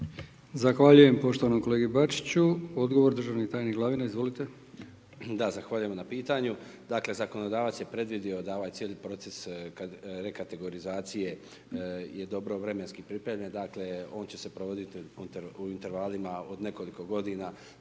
Zahvaljujem poštovanom kolegi Bačiću, odgovor državni tajnik Glavina, izvolite.